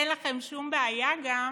אין לכם שום בעיה גם